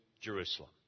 Jerusalem